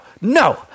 No